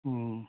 ꯎꯝ